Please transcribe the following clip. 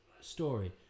story